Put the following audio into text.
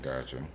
Gotcha